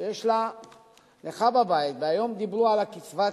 שיש לה נכה בבית, והיום דיברו על קצבת